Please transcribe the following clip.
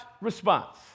response